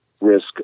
risk